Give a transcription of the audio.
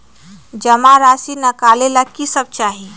जमा राशि नकालेला कि सब चाहि?